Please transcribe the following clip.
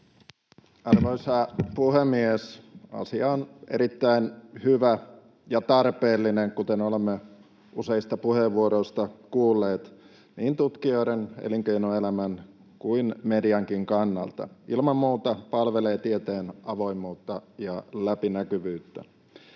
Arvoisa puhemies! Asia on erittäin hyvä ja tarpeellinen — kuten olemme useista puheenvuoroista kuulleet — niin tutkijoiden, elinkeinoelämän kuin mediankin kannalta. Ilman muuta tämä palvelee tieteen avoimuutta ja läpinäkyvyyttä.